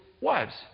wives